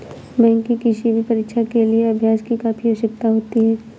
bank की किसी भी परीक्षा के लिए अभ्यास की काफी आवश्यकता होती है